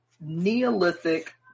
Neolithic